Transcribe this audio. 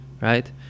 right